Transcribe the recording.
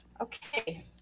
okay